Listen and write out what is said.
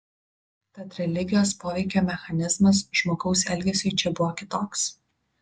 tad religijos poveikio mechanizmas žmogaus elgesiui čia buvo kitoks